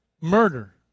murder